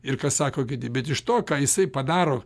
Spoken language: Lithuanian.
ir ką sako girdi bet iš to ką jisai padaro